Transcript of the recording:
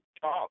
talk